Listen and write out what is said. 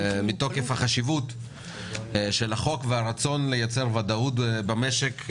מתוקף החשיבות של החוק והרצון לייצר ודאות במשק,